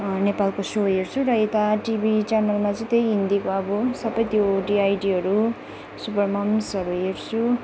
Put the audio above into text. नेपालको सो हेर्छु र यता टिभी च्यानलमा चाहिँ हिन्दीको अब सबै त्यो डिआइडीहरू सुपर मम्सहरू हेर्छु